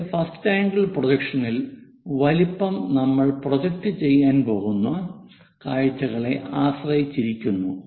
ഇവിടെ first angle പ്രൊജക്ഷനിൽ വലുപ്പം നമ്മൾ പ്രൊജക്റ്റ് ചെയ്യാൻ പോകുന്ന കാഴ്ചകളെ ആശ്രയിച്ചിരിക്കുന്നു